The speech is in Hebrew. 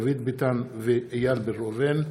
דוד ביטן ואיל בן ראובן,